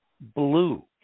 blue